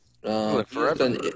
Forever